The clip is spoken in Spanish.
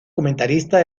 comentarista